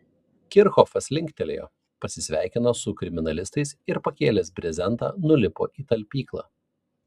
kirchhofas linktelėjo pasisveikino su kriminalistais ir pakėlęs brezentą nulipo į talpyklą